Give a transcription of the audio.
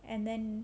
then